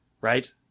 right